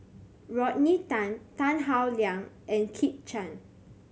Rodney Tan Tan Howe Liang and Kit Chan